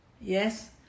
Yes